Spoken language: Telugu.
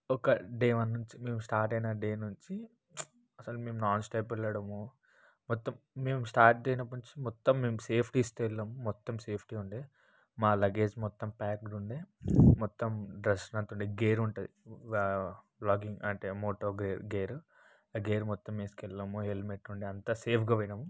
ఒక డే వన్ నుంచి మేము స్టార్ట్ అయిన డే నుంచి అసలు మేము నాన్స్టాప్ వెళ్ళడము మొత్తం మేము స్టార్ట్ అయినప్పటి నుంచి మొత్తం మేము సేఫ్టీస్తో వెళ్ళాం మొత్తం సేఫ్టీ ఉండే మా లగేజ్ మొత్తం ప్యాక్డ్ ఉండే మొత్తం డ్రెస్సు లు అంత ఉండే గేర్ ఉంటుంది వ్యా లాగింగ్ అంటే మోటో గేర్ గేరు ఆ గేరు మొత్తం వేసుకెళ్ళినాం హెల్మెట్ ఉండే అంత సేఫ్గా పోయినాం